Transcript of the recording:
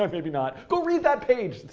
um maybe not. go read that page,